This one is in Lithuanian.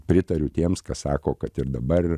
pritariu tiems kas sako kad ir dabar